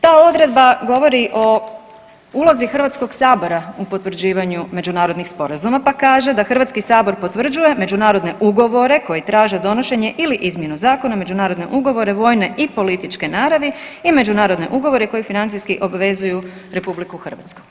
Ta odredba govori o ulozi Hrvatskog sabora u potvrđivanju međunarodnih sporazuma pa kaže da Hrvatski sabor potvrđuje međunarodne ugovore koji traže donošenje ili izmjenu zakona, međunarodne ugovore vojne i političke naravi i međunarodne ugovore koji financijski obvezuju RH.